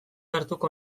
hartuko